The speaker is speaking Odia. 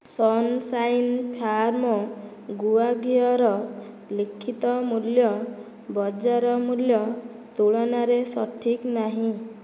ସନ୍ସାଇନ୍ ଫାର୍ମ୍ ଗୁଆ ଘିଅର ଲିଖିତ ମୂଲ୍ୟ ବଜାର ମୂଲ୍ୟ ତୁଳନାରେ ସଠିକ୍ ନାହିଁ